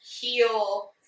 heal